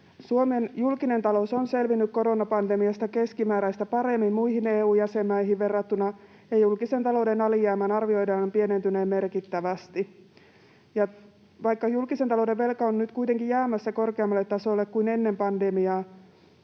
Suomen julkinen talous on selvinnyt koronapandemiasta keskimääräistä paremmin, muihin EU-jäsenmaihin verrattuna, ja julkisen talouden alijäämän arvioidaan pienentyneen merkittävästi. Vaikka julkisen talouden velka on nyt kuitenkin jäämässä korkeammalle tasolle kuin ennen pandemiaa,